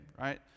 right